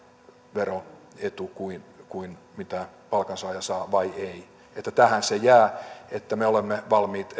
veroetu kuin kuin mitä palkansaaja saa vai ei eli tähän se jää ja me olemme valmiit